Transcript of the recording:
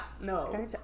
No